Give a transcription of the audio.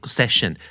session